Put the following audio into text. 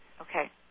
Okay